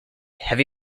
heavy